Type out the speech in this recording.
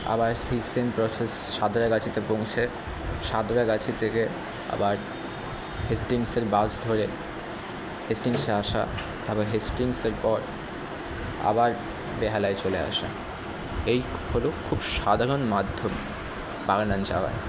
আবার সেই same process সাঁতরাগাছিতে পৌঁছে সাঁতরাগাছি থেকে আবার হেস্টিংসের বাস ধরে হেস্টিংসে আসা তারপর হেস্টিংসের পর আবার বেহালায় চলে আসা এই হলো খুব সাধারণ মাধ্যম বাগনান যাওয়ার